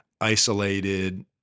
isolated